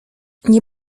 nie